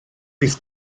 bydd